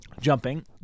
Jumping